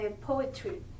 poetry